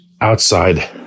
Outside